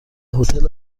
هتل